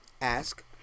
Ask